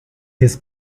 his